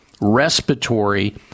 respiratory